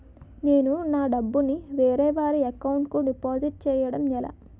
నేను నా డబ్బు ని వేరే వారి అకౌంట్ కు డిపాజిట్చే యడం ఎలా?